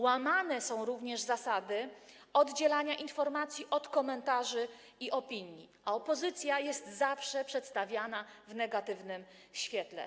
Łamane są również zasady oddzielania informacji od komentarzy i opinii, a opozycja jest zawsze przedstawiana w negatywnym świetle.